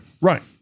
Right